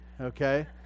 okay